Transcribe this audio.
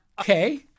okay